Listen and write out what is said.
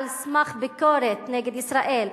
על סמך הביקורת נגד ישראל,